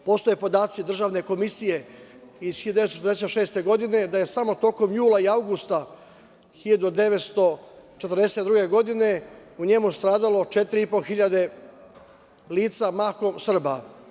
Postoje podaci državne komisije iz 1946. godine da je samo tokom jula i avgusta 1942. godine u njemu stradalo 4.500 lica, mahom Srba.